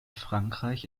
frankreich